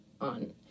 on